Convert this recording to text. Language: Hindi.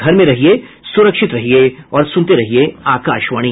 घर में रहिये सुरक्षित रहिये और सुनते रहिये आकाशवाणी